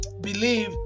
believe